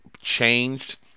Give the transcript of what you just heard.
changed